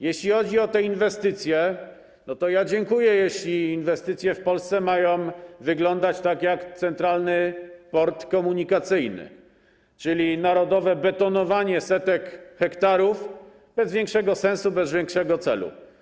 Jeśli chodzi o inwestycje, to ja dziękuję, jeśli inwestycje w Polsce mają wyglądać tak, jak Centralny Port Komunikacyjny, czyli narodowe betonowanie setek hektarów bez większego sensu, bez wyraźnego celu.